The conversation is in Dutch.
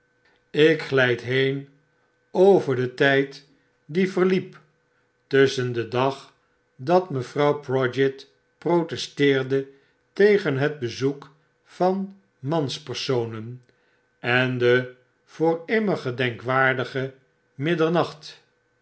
ik glyd heen over den tyd die verliep tusschen den dag dat mevrouw prodgit protesteerde tegen het bezoek van manspersonen en den voor immer gedenkwaardigen middernacht